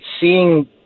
seeing